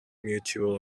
mutual